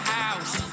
house